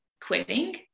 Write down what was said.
quitting